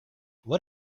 what